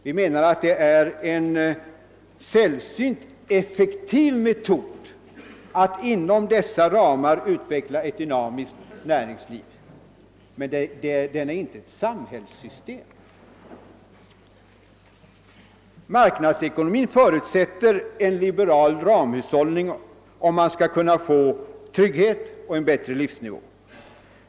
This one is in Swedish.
Vi menar att den är en sällsynt effektiv metod att inom dessa ramar utveckla ett dynamiskt näringsliv, men den är inte ett samhällssystem. Marknadsekonomin förutsätter en liberal ramhushållning, om man skall kunna få trygghet och en bättre levnadsnivå.